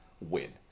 win